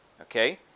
Okay